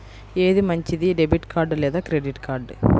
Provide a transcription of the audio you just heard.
ఏది మంచిది, debit card లేదా క్రెడిట్ కార్డ్?